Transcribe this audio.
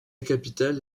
capitale